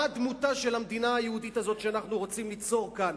מה דמותה של המדינה היהודית הזאת שאנחנו רוצים ליצור כאן,